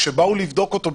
כשבאו לבדוק אותו,